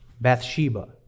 Bathsheba